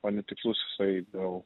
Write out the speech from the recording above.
o netikslus jisai dėl